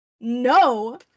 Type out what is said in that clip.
no